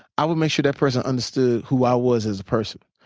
i would make sure that person understood who i was as a person.